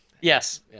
Yes